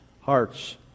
hearts